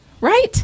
Right